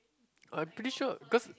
I'm pretty sure cause